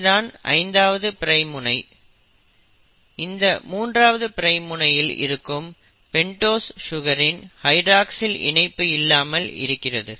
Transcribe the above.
இது தான் 5 ஆவது பிரைம் முனை இந்த 3ஆவது பிரைம் முனையில் இருக்கும் பெண்டோஸ் சுகரின் ஹைட்ராக்ஸில் இணைப்பு இல்லாமல் இருக்கிறது